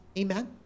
amen